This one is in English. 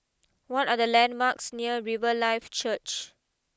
what are the landmarks near Riverlife Church